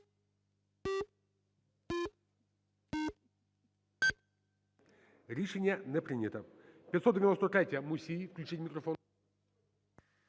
Рішення не прийнято.